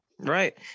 Right